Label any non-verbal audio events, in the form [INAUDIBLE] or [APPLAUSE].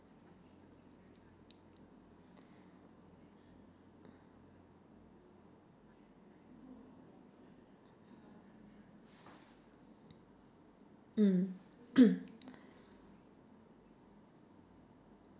mm [COUGHS]